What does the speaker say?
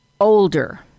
older